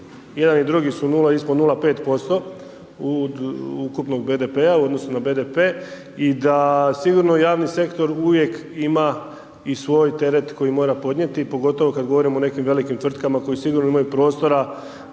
Jedan i drugi su nula, ispod 0,5% ukupnog BDP-a, u odnosu na BDP, i da sigurni javni sektor uvijek ima i svoj teret koji mora podnijeti, pogotovo kad govorimo o nekim velikim tvrtkama koje sigurno imaju prostora